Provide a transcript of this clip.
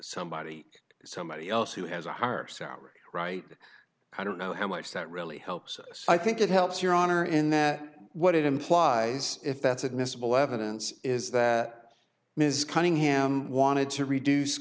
somebody somebody else who has a higher salary right i don't know how much that really helps i think it helps your honor in that what it implies if that's admissible evidence is that ms cunningham wanted to reduce